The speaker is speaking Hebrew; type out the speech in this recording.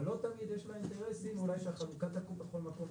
אבל לא תמיד יש לה אינטרסים אולי שהחלוקה --- בכל מקום,